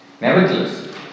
nevertheless